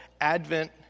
Advent